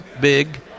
big